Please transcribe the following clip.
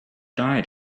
died